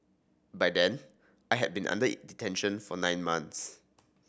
by then I had been under detention for nine months